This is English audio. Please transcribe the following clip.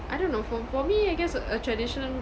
I don't know for for me I guess a tradition